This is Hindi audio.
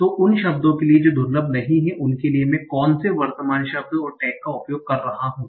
तो उन शब्दों के लिए जो दुर्लभ नहीं हैं उनके लिए मैं कोनसे वर्तमान शब्द और टैग का उपयोग कर रहा हूं